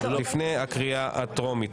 לפני הקריאה הטרומית.